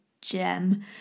gem